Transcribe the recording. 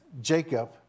Jacob